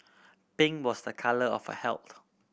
pink was a colour of health